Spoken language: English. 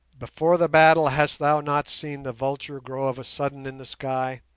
before the battle hast thou not seen the vulture grow of a sudden in the sky?